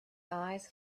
eyes